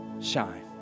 shine